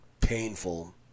painful